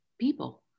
people